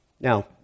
Now